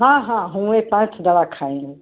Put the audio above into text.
हाँ हाँ होमिओपैथ दवा खाई हैं